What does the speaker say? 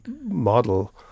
model